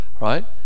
right